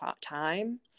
time